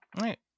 right